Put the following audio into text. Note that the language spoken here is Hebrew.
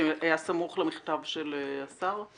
שהיה סמוך להודעה של השר?